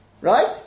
right